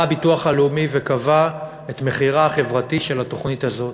בא הביטוח הלאומי וקבע את מחירה החברתי של התוכנית הזאת: